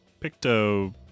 picto